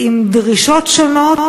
עם דרישות שונות,